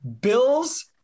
Bills